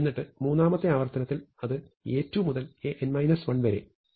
എന്നിട്ട് മൂന്നാമത്തെ ആവർത്തനത്തിൽ അത് A2 മുതൽ An 1 വരെ ചെയ്യുക